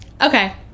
Okay